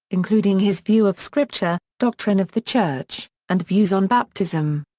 including his view of scripture, doctrine of the church, and views on baptism.